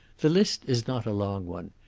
the list is not a long one.